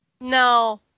No